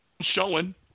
showing